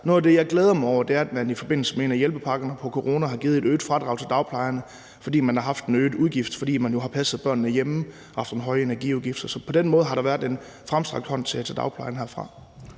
Noget af det, jeg glæder mig over, er, at man i forbindelse med en af hjælpepakkerne ved corona har givet et øget fradrag til dagplejerne, fordi de har haft en øget udgift, fordi de jo har passet børnene hjemme og haft nogle høje energiudgifter. Så på den måde har der været en fremstrakt hånd til dagplejerne herfra.